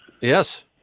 Yes